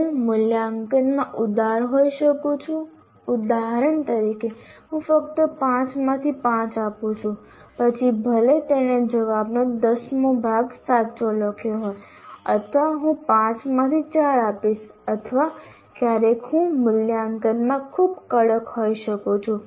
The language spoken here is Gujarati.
હું મૂલ્યાંકનમાં ઉદાર હોઈ શકું છું ઉદાહરણ તરીકે હું ફક્ત 5 માંથી 5 આપું છું પછી ભલે તેણે જવાબનો દસમો ભાગ સાચો લખ્યો હોય અથવા હું 5 માંથી 4 આપીશ અથવા ક્યારેક હું મૂલ્યાંકનમાં ખૂબ કડક હોઈ શકું છું